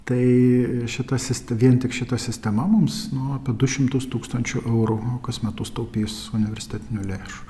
tai šita sistema vien tik šita sistema mums nuo du šimtus tūkstančių eurų o kas metus taupys universitetinių lėšų